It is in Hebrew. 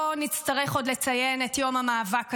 לא נצטרך עוד לציין את יום המאבק הזה,